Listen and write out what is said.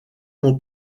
mon